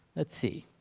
let's see.